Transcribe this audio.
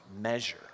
measure